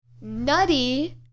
Nutty